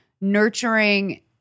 nurturing